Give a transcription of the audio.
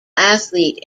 athlete